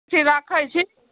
ठीक छै राखे छी